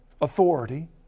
authority